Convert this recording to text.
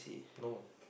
no